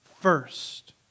first